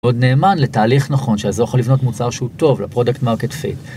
עוד נאמן לתהליך נכון שזה יכול לבנות מוצר שהוא טוב לProduct Market Fit.